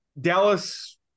Dallas